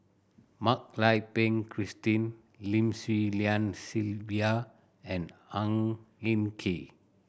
Mak Lai Peng Christine Lim Swee Lian Sylvia and Ang Hin Kee